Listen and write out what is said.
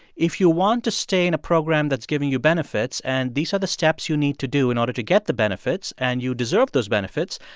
if you want to stay in a program that's giving you benefits and these are the steps you need to do in order to get the benefits and you deserve those benefits,